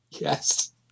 Yes